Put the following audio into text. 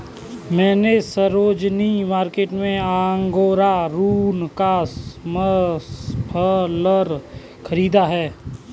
मैने सरोजिनी मार्केट से अंगोरा ऊन का मफलर खरीदा है